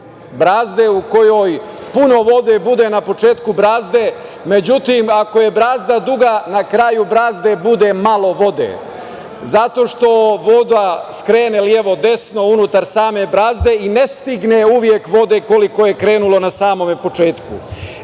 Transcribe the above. brazde u kojoj puno vode bude na početku brazde, međutim, ako je brazda duga, na kraju brazde bude malo vode. Zato što voda skrene levo-desno unutar same brazde i ne stigne uvek vode koliko je krenulo na samom početku. Slično